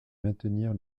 maintenir